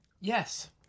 Yes